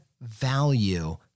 value